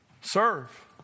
serve